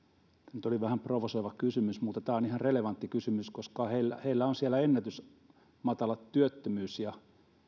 nyt oli vähän provosoiva kysymys mutta tämä on ihan relevantti kysymys koska heillä heillä on siellä ennätysmatala työttömyys ja